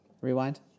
Rewind